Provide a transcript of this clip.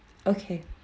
okay